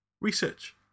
research